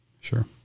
Sure